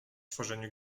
tworzeniu